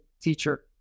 teacher